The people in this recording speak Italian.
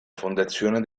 fondazione